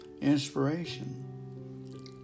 inspiration